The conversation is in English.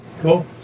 Cool